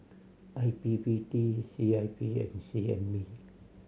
I P P T C I P and C N B